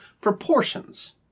proportions